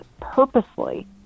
purposely